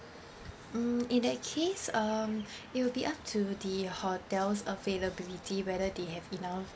mm in that case um it will be up to the hotel's availability whether they have enough